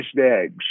eggs